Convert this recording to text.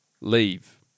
leave